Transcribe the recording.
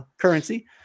currency